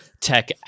tech